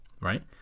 right